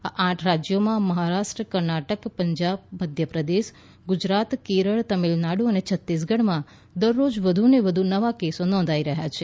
આ આઠ રાજ્યોમાં મહારાષ્ટ્ર કર્ણાટક પંજાબ મધ્યપ્રદેશ ગુજરાત કેરળ તમિળનાડુ અને છત્તીસગઢમાં દરરોજ વધુને વધુ નવા કેસ નોંધાઈ રહ્યા છે